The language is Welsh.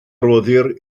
roddir